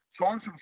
songs